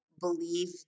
believe